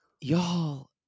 y'all